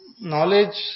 knowledge